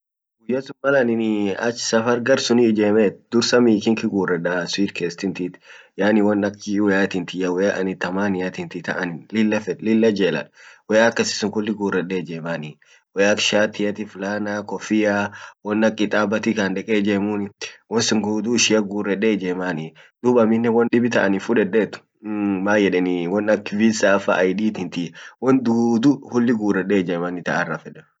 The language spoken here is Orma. guyya suni malani ach safar gar sunni ijemet dursa mii kinki gurreda sutkass tintit yaani won ak gii woyaa tintiya woya anin tamania tinti ta an lilla fed lilla jellad woya akkasisun kulli gurrede ijemani woyya ak shatiati fullana koffia won ak kitabati ka an deke ijemuni won sun tuttu ijemani dub aminnen won dibbi taanin fudeddet mm mayyedeni won ak visafa id tinti won tuuthu kulli gurredde ijemani ta arrafeden